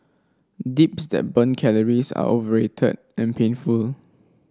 dips that burn calories are overrated and painful